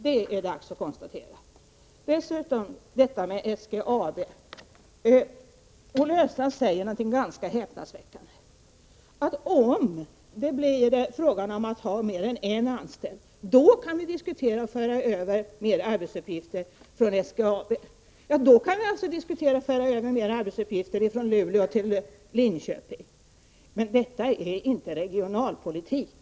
Beträffande SGAB säger Olle Östrand något ganska häpnadsväckande, nämligen att om det blir fråga om att ha mer än en anställd kan ni diskutera möjligheten att föra över fler arbetsuppgifter från SGAB. Då kan ni diskutera möjligheten att föra över fler arbetsuppgifter från Luleå till Linköping — men detta är inte regionalpolitik.